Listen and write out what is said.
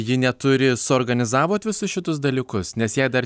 ji neturi suorganizavot visus šitus dalykus nes jai dar